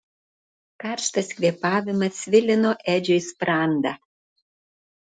karštas kvėpavimas svilino edžiui sprandą